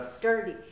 dirty